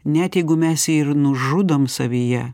net jeigu mes jį ir nužudom savyje